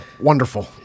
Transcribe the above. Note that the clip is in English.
Wonderful